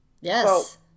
Yes